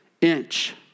inch